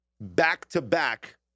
Back-to-back